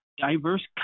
diverse